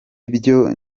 byose